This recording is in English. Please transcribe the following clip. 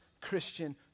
Christian